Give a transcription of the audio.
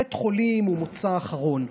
בית החולים הוא מוצא האחרון,